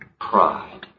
pride